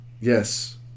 Yes